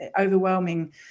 overwhelming